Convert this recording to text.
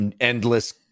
endless